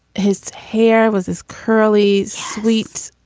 his hair was his curly sweet.